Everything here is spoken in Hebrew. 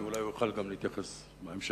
כי אולי הוא יוכל בהמשך גם להתייחס לנושא.